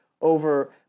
over